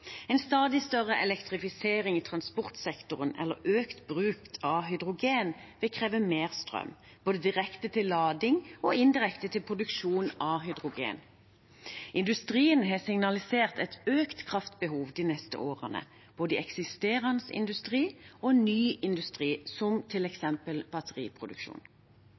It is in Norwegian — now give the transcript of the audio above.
En stadig større elektrifisering i transportsektoren, eller økt bruk av hydrogen, vil kreve mer strøm, både direkte til lading og indirekte til produksjon av hydrogen. Industrien har signalisert et økt kraftbehov de neste årene, både i eksisterende industri og ny industri, f.eks. batteriproduksjon.